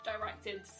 directed